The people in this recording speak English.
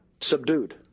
subdued